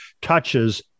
touches